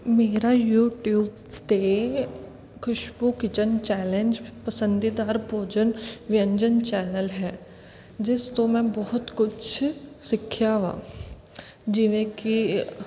ਮੇਰਾ ਯੂਟੀਊਬ 'ਤੇ Khushboo kitchen challenge ਪਸੰਦੀਦਾਰ ਭੋਜਨ ਵਿਅੰਜਨ ਚੈਨਲ ਹੈ ਜਿਸ ਤੋਂ ਮੈਂ ਬਹੁਤ ਕੁਛ ਸਿੱਖਿਆ ਵਾ ਜਿਵੇਂ ਕਿ